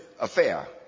affair